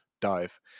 dive